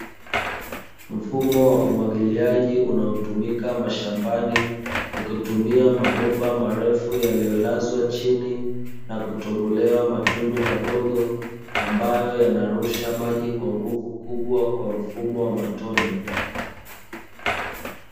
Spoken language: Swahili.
Mfumo wa umwagiliaji unao tumika mashambani ukitumia mabomba marefu yaliyo lazwa chini na kutobolewa matundu madogo ambayo yanarusha maji kwa nguvu kubwa kwa mfumo wa matone.